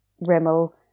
Rimmel